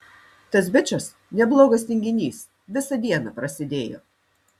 tas bičas neblogas tinginys visą dieną prasėdėjo